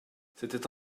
c’était